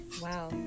Wow